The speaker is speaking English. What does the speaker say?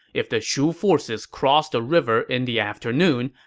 if the shu forces cross the river in the afternoon,